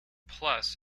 plus